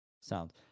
Sound